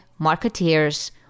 marketeers